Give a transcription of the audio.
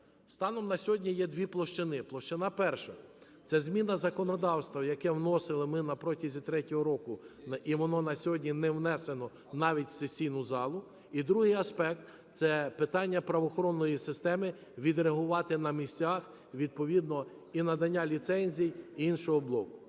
Станом на сьогодні є дві площини. Площина перша – це зміна законодавства, яке вносили ми протягом трьох років, і воно на сьогодні не внесено навіть в сесійну залу. І другий аспект - це питання правоохоронної системи відреагувати на місцях, відповідно і надання ліцензій, і іншого блоку.